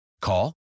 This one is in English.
Call